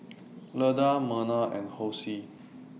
Leda Merna and Hosea